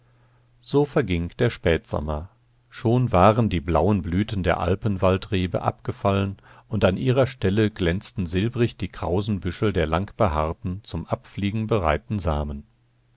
so verging der spätsommer schon waren die blauen blüten der alpenwaldrebe abgefallen und an ihrer stelle glänzten silbrig die krausen büschel der langbehaarten zum abfliegen bereiten samen